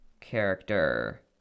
character